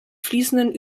fließenden